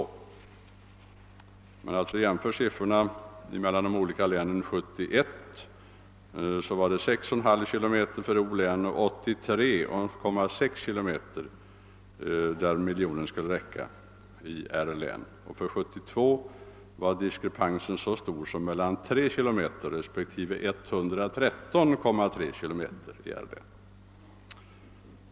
Om man alltså jämför siffrorna för de olika länen 1971 var det 6,5 km för O län och 83,6 km för R län som miljonen skulle räcka till. För 1972 var diskrepansen så stor som mellan 3 km i O län och 113,3 km i R län.